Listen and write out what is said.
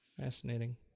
Fascinating